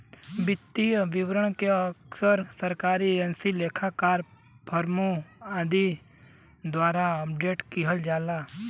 वित्तीय विवरण के अक्सर सरकारी एजेंसी, लेखाकार, फर्मों आदि द्वारा ऑडिट किहल जाला